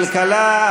כלכלה,